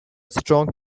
strong